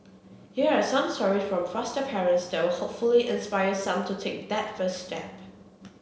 here are some stories from foster parents that will hopefully inspire some to take that first step